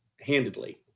handedly